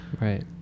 Right